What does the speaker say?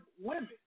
women